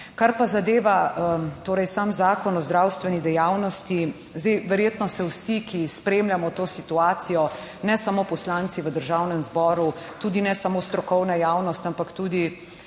Kar pa zadeva torej sam Zakon o zdravstveni dejavnosti, zdaj verjetno se vsi, ki spremljamo to situacijo, ne samo poslanci v Državnem zboru, tudi ne samo strokovna javnost, ampak tudi,